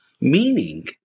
meaning